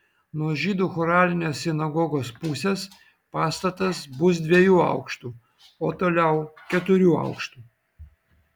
nuo žydų choralinės sinagogos pusės pastatas bus dviejų aukštų o toliau keturių aukštų